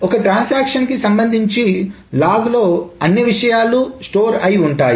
ఒక ట్రాన్సాక్షన్ కి సంబంధించి లాగ్ లో అనేక విషయాలు స్టోర్ అయి ఉంటాయి